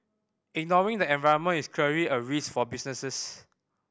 ignoring the environment is clearly a risk for businesses